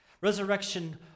Resurrection